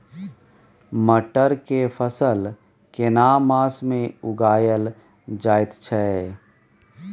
मटर के फसल केना मास में उगायल जायत छै?